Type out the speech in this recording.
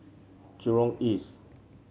Jurong East